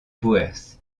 boers